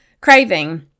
craving